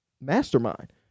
mastermind